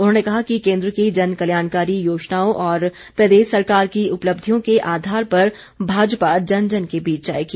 उन्होंने कहा कि केन्द्र की जनकल्याणकारी योजनाओं और प्रदेश सरकार की उपलब्धियों के आधार पर भाजपा जन जन के बीच जाएगी